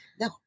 No